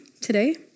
today